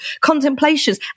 contemplations